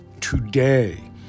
today